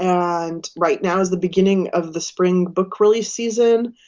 and right now is the beginning of the spring book release season.